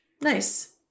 Nice